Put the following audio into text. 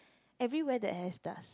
everywhere that has dust